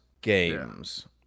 Games